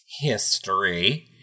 History